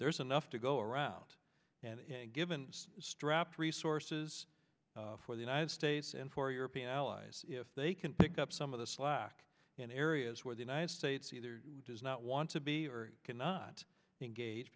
there's enough to go around and given strapped resources for the united states and for european allies if they can pick up some of the slack in areas where the united states either does not want to be or cannot engage